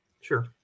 Sure